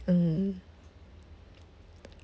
mm